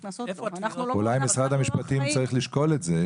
אולי משרד המשפטים צריך לשקול את זה,